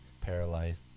paralyzed